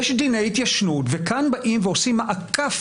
יש דיני התיישנות וכאן באים ועושים מעקף